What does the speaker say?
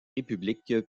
républiques